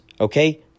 Okay